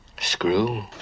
Screw